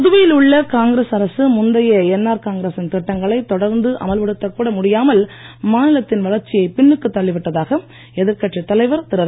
புதுவையில் உள்ள காங்கிரஸ் அரசு முந்தைய என்ஆர் காங்கிரசின் திட்டங்களை தொடர்ந்து அமல்படுத்தக் கூட முடியாமல் மாநிலத்தின் வளர்ச்சியைப் பின்னுக்கு தள்ளிவிட்டதாக எதிர்கட்சித் தலைவர் திகுரு